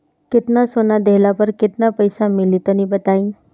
केतना सोना देहला पर केतना पईसा मिली तनि बताई?